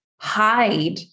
hide